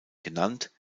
genannt